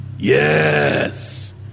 Yes